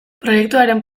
proiektuaren